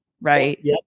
right